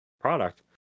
product